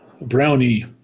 Brownie